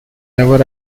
never